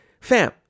fam